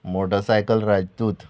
motorcycle राजदूत